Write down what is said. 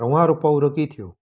र उहाँहरू पौरखी थियो